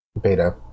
beta